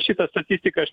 šita statistika aš